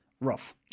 rough